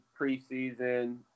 preseason